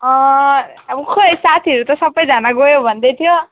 अब खोइ साथीहरू त सबैजना गयो भन्दैथ्यो